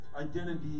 identity